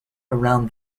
around